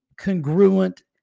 congruent